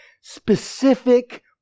specific